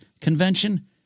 convention